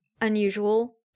unusual